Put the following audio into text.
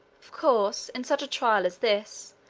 of course, in such a trial as this,